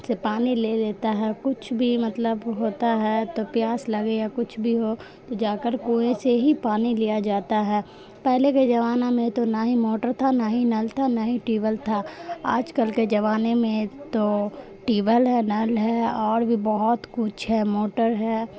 سے پانی لے لیتا ہے کچھ بھی مطلب ہوتا ہے تو پیاس لگے یا کچھ بھی ہو تو جا کر کنویں سے ہی پانی لیا جاتا ہے پہلے کے جمانہ میں تو نہ ہی موٹر تھا نہ ہی نل تھا نہ ہی ٹیول تھا آج کل کے جمانے میں تو ٹیول ہے نل ہے اور بھی بہت کچھ ہے موٹر ہے